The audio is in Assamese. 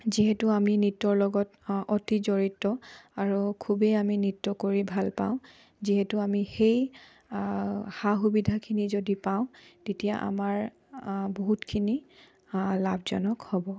যিহেতু আমি নৃত্যৰ লগত অতি জড়িত আৰু খুবেই আমি নৃত্য কৰি ভাল পাওঁ যিহেতু আমি সেই সা সুবিধাখিনি যদি পাওঁ তেতিয়া আমাৰ বহুতখিনি লাভজনক হ'ব